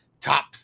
top